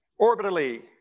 orbitally